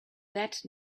that